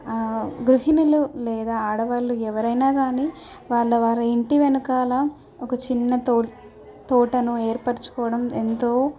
గృహిణులు లేదా ఆడవాళ్ళు ఎవరైనా కానీ వాళ్ళ వాళ్ళ ఇంటి వెనకాల ఒక చిన్న తోట తోటను ఏర్పరచుకోవడం ఎంతో